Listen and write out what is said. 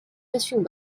fishing